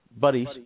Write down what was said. buddies